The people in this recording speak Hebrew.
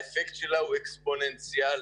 הוא אקספוננציאלי,